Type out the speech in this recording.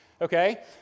okay